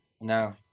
No